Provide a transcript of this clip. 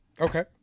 Okay